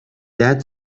that